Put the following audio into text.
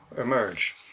emerge